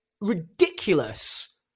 ridiculous